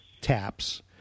taps